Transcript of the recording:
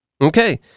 Okay